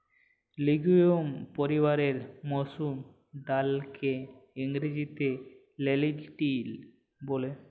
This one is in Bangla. লিগিউম পরিবারের মসুর ডাইলকে ইংরেজিতে লেলটিল ব্যলে